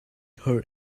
her